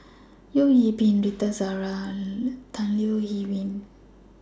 Teo Bee Yen Rita Zahara and Tan Leo Wee Hin